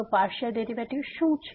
તો partial derivative શું છે